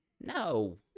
No